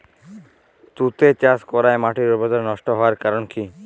তুতে চাষ করাই মাটির উর্বরতা নষ্ট হওয়ার কারণ কি?